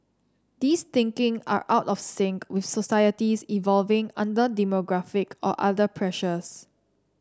these thinking are out of sync with societies evolving under demographic or other pressures